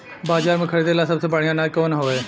बाजार में खरदे ला सबसे बढ़ियां अनाज कवन हवे?